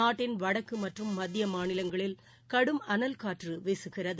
நாட்டின் வடக்குமற்றும் மத்தியமாநிலங்களில் கடும் அனல் காற்றுவீசுகிறது